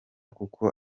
kuko